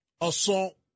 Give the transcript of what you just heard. assault